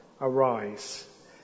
arise